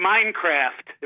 Minecraft